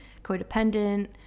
codependent